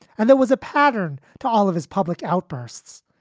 and there was a pattern to all of his public outbursts.